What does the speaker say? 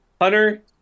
hunter